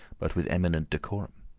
but with eminent decorum.